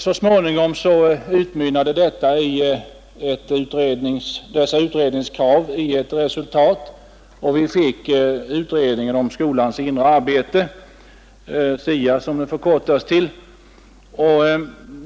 Dessa utredningskrav ledde så småningom till tillsättandet av utredningen om skolans inre arbete, som förkortas SIA.